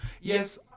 Yes